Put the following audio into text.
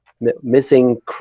Missing